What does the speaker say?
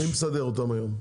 מי מסדר אותם היום?